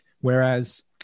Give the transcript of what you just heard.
Whereas